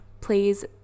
please